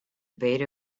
beta